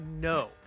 no